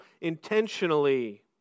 intentionally